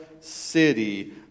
city